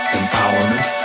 empowerment